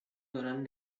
دارن